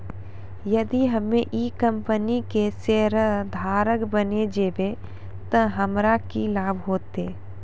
यदि हम्मै ई कंपनी के शेयरधारक बैन जैबै तअ हमरा की लाभ होतै